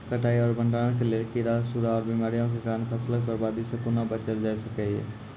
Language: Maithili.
कटाई आर भंडारण के लेल कीड़ा, सूड़ा आर बीमारियों के कारण फसलक बर्बादी सॅ कूना बचेल जाय सकै ये?